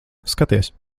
skaties